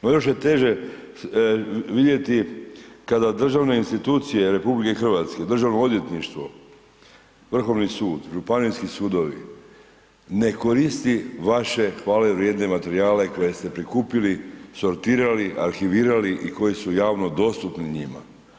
No još je teži vidjeti kada državne institucije RH, Državno odvjetništvo, Vrhovni sud, županijski sudovi, ne koristi vaše hvale vrijedne materijale koje ste prikupili, sortirali, arhivirali i koji su javno dostupni njima.